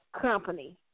Company